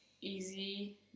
easy